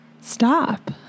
stop